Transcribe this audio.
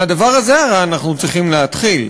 מהדבר הזה, הרי, אנחנו צריכים להתחיל.